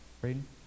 Braden